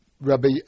Rabbi